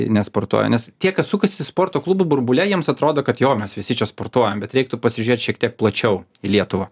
nesportuoja nes tiek kas sukasi sporto klubų burbule jiems atrodo kad jo mes visi čia sportuojam bet reiktų pasižiūrėt šiek tiek plačiau į lietuvą